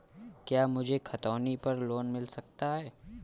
क्या मुझे खतौनी पर लोन मिल सकता है?